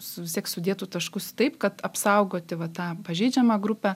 su vis tiek sudėtų taškus taip kad apsaugoti va tą pažeidžiamą grupę